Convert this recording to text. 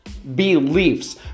beliefs